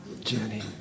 Jenny